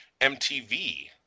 MTV